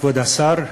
כבוד השר,